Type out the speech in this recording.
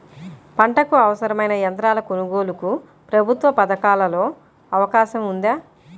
పంటకు అవసరమైన యంత్రాల కొనగోలుకు ప్రభుత్వ పథకాలలో అవకాశం ఉందా?